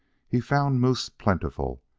he found moose plentiful,